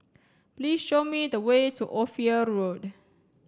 please show me the way to Ophir Road